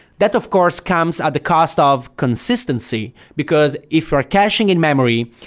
that of course comes at the cost ah of consistency, because if you're caching in-memory,